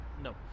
No